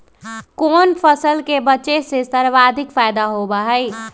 कोन फसल के बेचे से सर्वाधिक फायदा होबा हई?